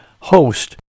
Host